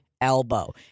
elbow